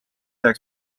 jääks